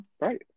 Right